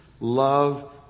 love